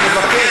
אני מבקש.